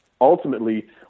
ultimately